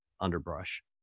underbrush